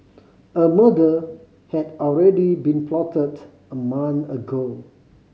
a murder had already been plotted a month ago